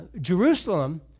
Jerusalem